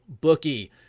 bookie